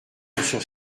sur